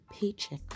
paycheck